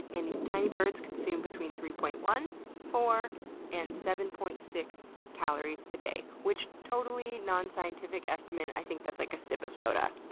and these tiny birds consume between three point one four and seven point six calories a day, which, totally non-scientific estimate, i think that's like a sip of soda.